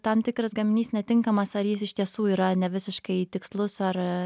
tam tikras gaminys netinkamas ar jis iš tiesų yra nevisiškai tikslus ar